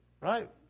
right